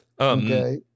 Okay